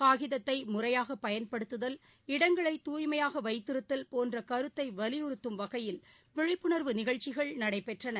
காகிதத்தைமுறையாகபயன்படுத்துதல் இடங்களை தூய்மையாகவைத்திருத்தல் போன்றகருத்தைவலியுறுத்தும் வகையில் விழிப்புண்வு நிகழ்ச்சிகள் நடைபெற்றன